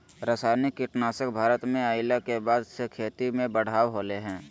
रासायनिक कीटनासक भारत में अइला के बाद से खेती में बढ़ावा होलय हें